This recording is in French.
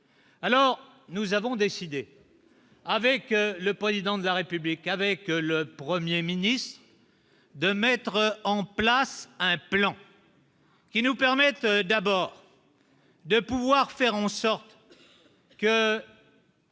alors nous avons décidé avec le président de la République, avec le 1er ministre. De mettre en place un plan qui nous permettent d'abord de pouvoir faire en sorte que.